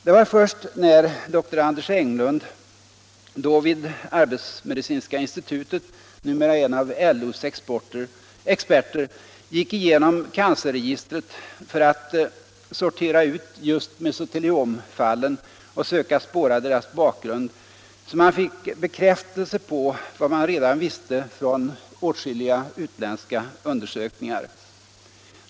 Det var först när dr Anders Englund — då vid arbetsmedicinska institutet, numera en av LO:s experter — gick igenom cancerregistret för att sortera ut just mesoteliomfallen och söka spåra deras bakgrund, som man fick bekräftelse på vad man redan visste från åtskilliga utländska undersökningar.